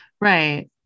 right